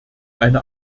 eine